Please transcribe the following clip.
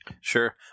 Sure